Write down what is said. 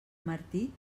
martí